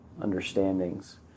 understandings